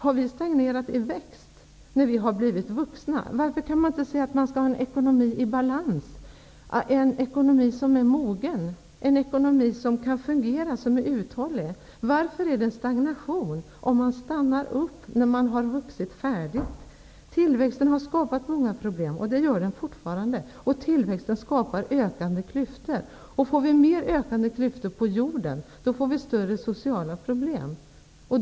Har vi stagnerat i växten, när vi har blivit vuxna? Varför kan man inte ha en ekonomi i balans, en ekonomi som är mogen, en ekonomi som kan fungera och är uthållig? Varför innebär det en stagnation, om man stannar upp när man har vuxit färdigt? Tillväxten har skapat många problem, och det gör den fortfarande. Den skapar ökande klyftor. Om det blir mer ökande klyftor på jorden, blir de sociala problemen större.